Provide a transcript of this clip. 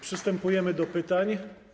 Przystępujemy do pytań.